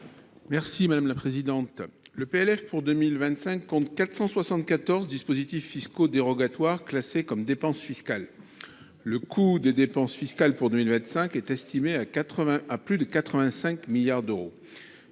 projet de loi de finances pour 2025 dénombre 474 dispositifs fiscaux dérogatoires classés comme dépenses fiscales. Le coût des dépenses fiscales pour 2025 est estimé à plus de 85 milliards d’euros.